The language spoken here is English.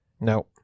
no